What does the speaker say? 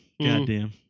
Goddamn